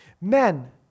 Men